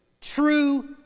true